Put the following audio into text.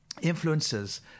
influences